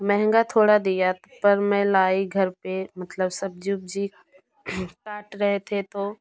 महंगा थोड़ा दिया पर मैं लाई घर पे मतलब सब्जी उब्जी काट रहे थे तो